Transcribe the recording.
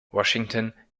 washington